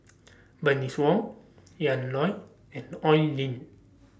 Bernice Wong Ian Loy and Oi Lin